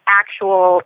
actual